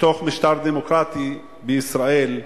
בתוך משטר דמוקרטי בישראל,